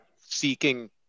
seeking